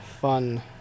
fun